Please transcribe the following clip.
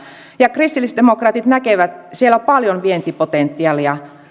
ja kristillisdemokraatit näkevät siellä paljon vientipotentiaalia